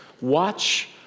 Watch